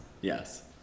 Yes